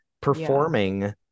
performing